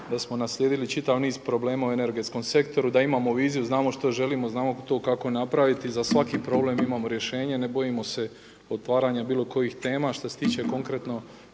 da smo naslijedili čitav niz problema u energetskom sektoru, da imamo viziju znamo što želimo, znamo to kako napraviti i za svaki problem imamo rješenje, ne bojimo se otvaranja bilo kojih tema. Što se tiče konkretno